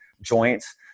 joints